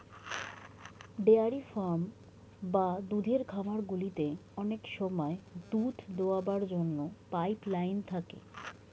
dairy farm বা দুধের খামারগুলিতে অনেক সময় দুধ দোয়াবার জন্য পাইপ লাইন থাকে